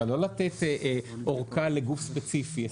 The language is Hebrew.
אבל לא לתת אורכה לגוף ספציפי,